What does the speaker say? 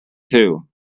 too